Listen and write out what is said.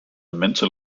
mental